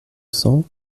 cents